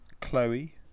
Chloe